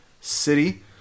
City